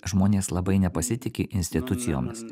žmonės labai nepasitiki institucijomis